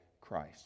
Christ